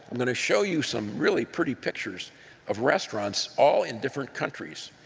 i'm going to show you some really pretty pictures of restaurants all in different countries,